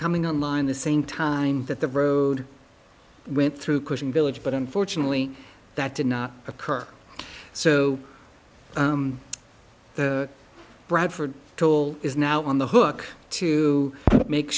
coming on line the same time that the road went through cushing village but unfortunately that did not occur so the bradford call is now on the hook to make